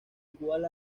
igual